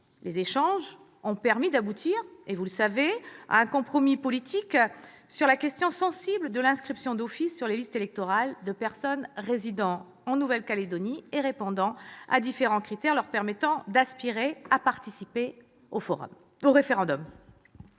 Les échanges ont permis d'aboutir, vous le savez, à un compromis politique sur la question sensible de l'inscription d'office sur les listes électorales de personnes résidant en Nouvelle-Calédonie et répondant à différents critères leur permettant d'aspirer à participer au référendum.